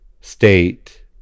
state